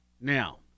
Now